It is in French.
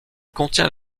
contient